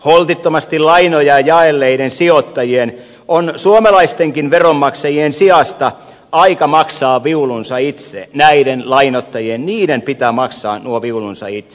holtittomasti lainoja jaelleiden sijoittajien on suomalaistenkin veronmaksajien sijasta aika maksaa viulunsa itse näiden lainoittajien pitää maksaa nuo viulunsa itse